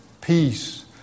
peace